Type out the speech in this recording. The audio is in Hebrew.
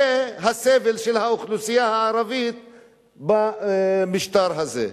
זה הסבל של האוכלוסייה הערבית במשטר הזה.